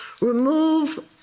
remove